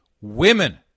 Women